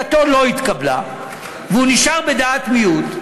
ומכיוון שעמדתו לא התקבלה והוא נשאר בדעת מיעוט,